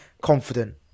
confident